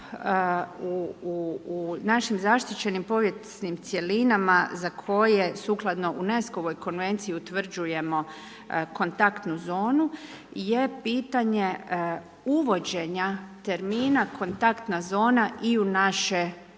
u našim zaštićenim povijesnim cjelinama, za koje sukladno UNESCO-voj konvenciji utvrđujemo kontaktnu zonu je pitanje uvođenja termina kontaktna zona i u naše